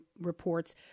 reports